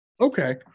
Okay